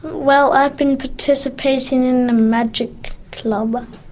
well, i've been participating in the magic club.